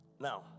Now